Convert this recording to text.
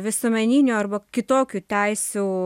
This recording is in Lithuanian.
visuomeninių arba kitokių teisių